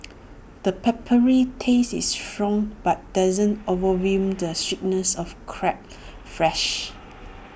the peppery taste is strong but doesn't overwhelm the sweetness of crab's flesh